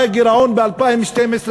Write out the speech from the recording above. מה הגירעון ב-2012,